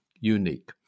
unique